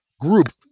group